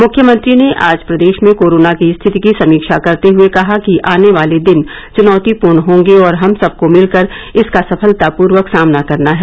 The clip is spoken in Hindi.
मुख्यमंत्री ने आज प्रदेश में कोरोना की स्थिति की समीक्षा करते हुए कहा कि आने वाले दिन चुनौतीपूर्ण होंगे और हम सबको मिलकर इसका सफलतापूर्वक सामना करना है